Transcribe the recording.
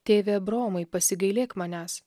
tėve abraomai pasigailėk manęs